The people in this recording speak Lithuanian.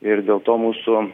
ir dėl to mūsų